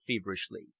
feverishly